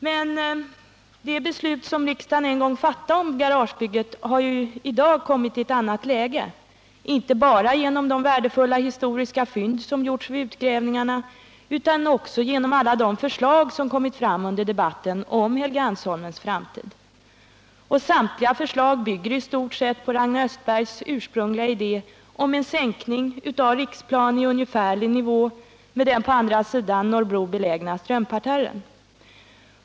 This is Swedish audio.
Men det beslut som riksdagen en gång fattade om garagebygget har i dag kommit i ett annat läge, inte bara genom de värdefulla historiska fynd som gjorts vid utgrävningarna utan också genom alla de förslag som kommit fram under debatten om Helgeandsholmens framtid. Samtliga förslag bygger i stort sett på Ragnar Östbergs ursprungliga idé om en sänkning av Riksplan ungefärligen i nivå med den på andra sidan Norrbro belägna Strömparterren.